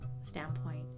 standpoint